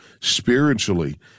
spiritually